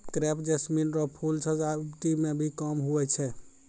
crepe jasmine रो फूल सजावटी मे भी काम हुवै छै